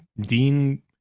Dean